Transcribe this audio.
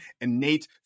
innate